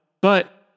but-